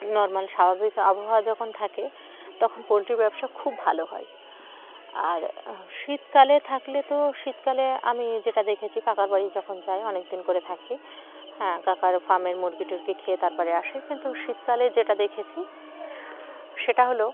normal স্বাভাবিক আবহাওয়া যখন থাকে তখন পোলট্রি ব্যবসা খুব ভালো হয় আর শীতকালে থাকলে তো শীতকালে আমি যেটা দেখেছি কাকার বাড়ি যখন যাই অনেক দিন করে থাকে হ্যাঁ কাকার ফার্মের মুরগি টুরগি খেয়ে তারপরে আসে কিন্তু শীতকালে যেটা দেখেছি সেটা হলো